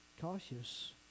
cautious